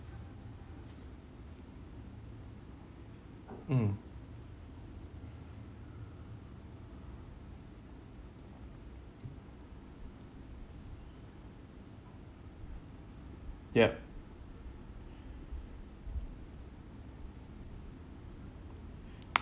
mm yup